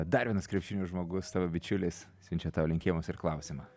dar vienas krepšinio žmogus tavo bičiulis siunčia tau linkėjimus ir klausimą